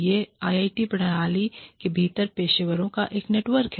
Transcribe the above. यह आईआईटी प्रणाली के भीतर पेशेवरों का एक नेटवर्क है